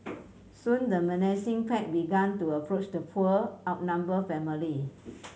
soon the menacing pack began to approach the poor outnumbered family